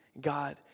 God